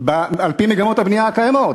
על-פי מגמות הבנייה הקיימות,